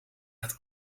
het